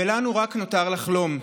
ולנו נותר רק לחלום.